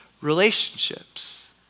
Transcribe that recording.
relationships